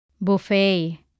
buffet